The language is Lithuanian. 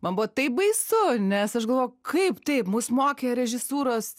man buvo taip baisu nes aš galvojau kaip taip mus mokė režisūros